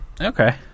Okay